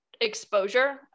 exposure